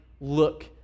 look